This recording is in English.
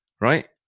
right